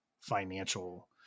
financial